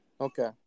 Okay